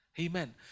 Amen